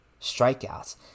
strikeouts